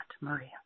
Maria